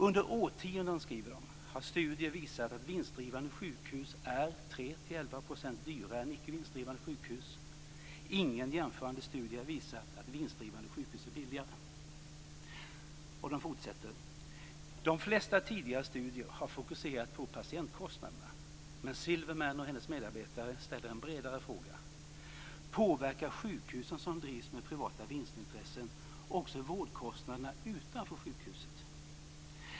Under årtionden har studier visat att vinstdrivande sjukhus är 3-11 % dyrare än icke vinstdrivande sjukhus; ingen jämförande studie har visat att vinstdrivande sjukhus är billigare, skriver de. Och de fortsätter: De flesta tidigare studier har fokuserat på patientkostnaderna, men Silverman och hennes medarbetare ställer en bredare fråga: Påverkar sjukhusen som drivs med privata vinstintressen också vårdkostnaderna utanför sjukhusen?